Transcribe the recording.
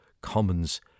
Commons